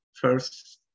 first